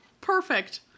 Perfect